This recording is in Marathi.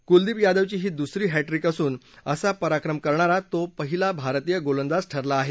कुलदीप यादवची ही दुसरी ह ट्रिक असून असा पराक्रम करणारा तो पहिला भारतीय गोलंदाज ठरला आहे